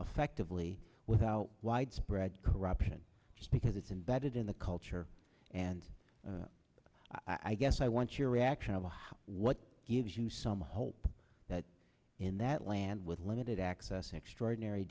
affectively without widespread corruption because it's embedded in the culture and i guess i want your reaction to how what gives you some hope that in that land with limited access extraordinary